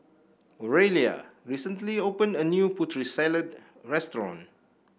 Oralia recently opened a new Putri Salad restaurant